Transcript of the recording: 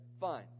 fine